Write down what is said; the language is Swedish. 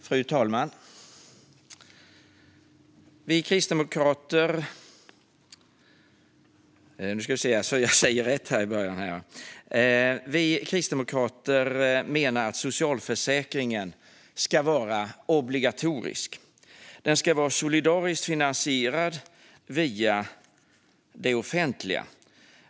Fru talman! Vi kristdemokrater menar att socialförsäkringen ska vara obligatorisk. Den ska vara solidariskt finansierad via det offentliga.